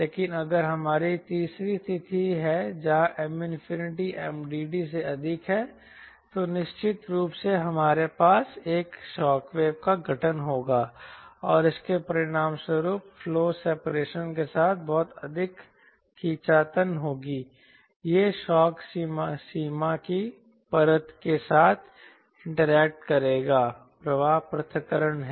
लेकिन अगर हमारी तीसरी स्थिति है जहां M MDD से अधिक है तो निश्चित रूप से हमारे पास एक शॉकवे का गठन होगा और इसके परिणामस्वरूप फ्लो सेपरेशन के साथ बहुत अधिक खींचतान होगी यह शॉक सीमा की परत के साथ इंटरेक्ट करेगा प्रवाह पृथक्करण है